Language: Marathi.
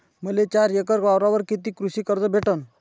मले चार एकर वावरावर कितीक कृषी कर्ज भेटन?